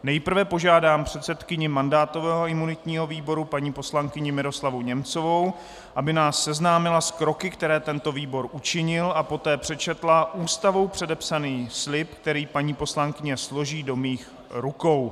Nejprve požádám předsedkyni mandátového a imunitního výboru paní poslankyni Miroslavu Němcovou, aby nás seznámila s kroky, které tento výbor učinil, a poté přečetla Ústavou předepsaný slib, který paní poslankyně složí do mých rukou.